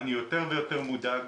אני יותר ויותר מודאג.